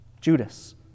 Judas